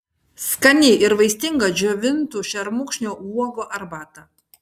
skani ir vaistinga džiovintų šermukšnio uogų arbata